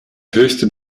höchste